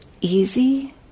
easy